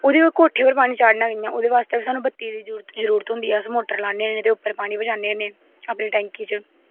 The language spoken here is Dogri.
ओह्दे कोट्ठे पर पानी चाढ़ना कि'यां ओह्दे बास्तै बी सानूं बत्तिये दी जरूरत होंदी ऐ अस मोटर लान्ने होन्ने ते उप्पर पानी पजाने होन्ने अपनी टैंकी च